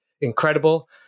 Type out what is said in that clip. incredible